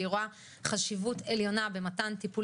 כי היא רואה חשיבות עליונה במתן טיפול